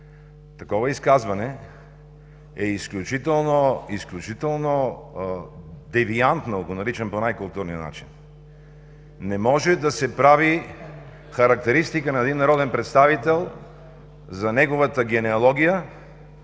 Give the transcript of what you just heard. Такова изказване е изключително девиантно, наричам го по най-културния начин. Не може да се прави характеристика на един народен представител за неговата генеалогия